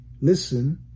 listen